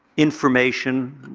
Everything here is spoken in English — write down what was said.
information,